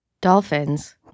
Dolphins